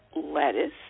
lettuce